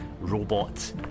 robot